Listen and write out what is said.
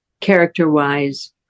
character-wise